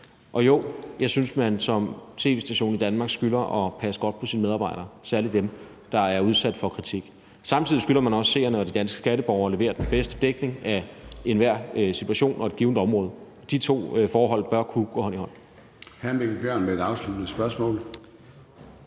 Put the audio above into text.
Og jo, jeg synes, man som tv-station i Danmark skylder at passe godt på sine medarbejdere, særlig dem, der er udsat for kritik. Samtidig skylder man også seerne og de danske skatteborgere at levere den bedste dækning af enhver situation og et givent område. De to forhold bør kunne gå hånd i hånd.